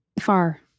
far